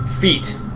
feet